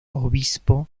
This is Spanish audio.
obispo